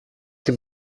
την